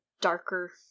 darker